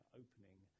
opening